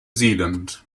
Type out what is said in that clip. zealand